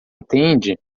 entende